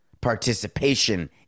participation